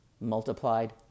multiplied